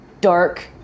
dark